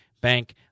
bank